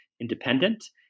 independent